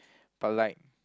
but like